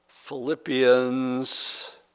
Philippians